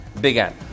began